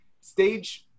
stage